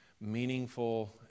meaningful